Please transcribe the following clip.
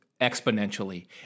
exponentially